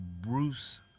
Bruce